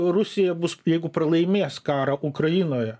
rusija bus jeigu pralaimės karą ukrainoje